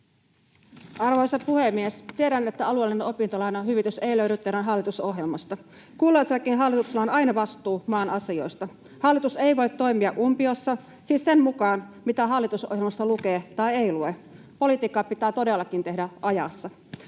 Arvoisa puhemies! Tiedän, että alueellinen opintolainahyvitys ei löydy teidän hallitusohjelmastanne. Kulloisellakin hallituksella on aina vastuu maan asioista. Hallitus ei voi toimia umpiossa, siis sen mukaan, mitä hallitusohjelmassa lukee tai ei lue. Politiikkaa pitää todellakin tehdä ajassa.